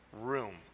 room